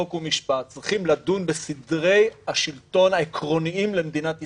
חוק ומשפט צריכים לדון בסדרי השלטון העקרוניים למדינת ישראל,